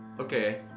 Okay